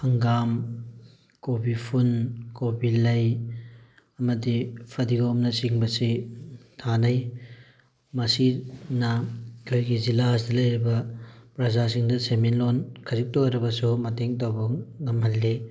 ꯍꯪꯒꯥꯝ ꯀꯣꯕꯤ ꯐꯨꯟ ꯀꯣꯕꯤ ꯂꯩ ꯑꯃꯗꯤ ꯐꯗꯤꯒꯣꯝꯅ ꯆꯤꯡꯕꯁꯤ ꯊꯥꯅꯩ ꯃꯁꯤꯅ ꯑꯩꯈꯣꯏꯒꯤ ꯖꯤꯜꯂꯥꯁꯤꯗ ꯂꯩꯔꯤꯕ ꯄ꯭ꯔꯖꯥꯁꯤꯡꯗ ꯁꯦꯟꯃꯤꯠꯂꯣꯟ ꯈꯖꯤꯛꯇ ꯑꯣꯏꯔꯕꯁꯨ ꯃꯇꯦꯡ ꯇꯧꯕ ꯉꯝꯍꯜꯂꯤ